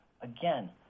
Again